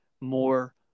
more